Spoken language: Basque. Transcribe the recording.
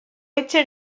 etxe